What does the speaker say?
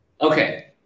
Okay